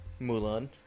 Mulan